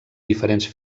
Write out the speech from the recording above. diferents